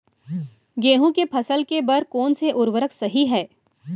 गेहूँ के फसल के बर कोन से उर्वरक सही है?